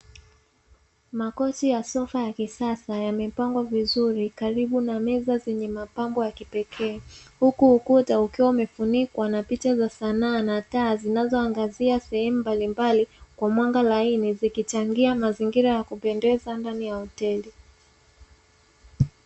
Makochi ya sofa ya kisasa yaliyopangwa vizuri karibu na meza zenye mapambo ya kipekee, huku ukuta ukiwa umefunikwa na picha za sanaa na taa zinazoangazia sehemu mbalimbali kwa mwanga laini, zikichangia mazingira kupendeza ndani ya hoteli.